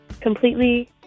completely